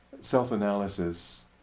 self-analysis